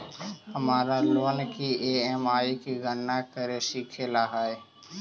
हमारा लोन की ई.एम.आई की गणना करे सीखे ला हई